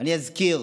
אני אזכיר